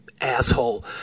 asshole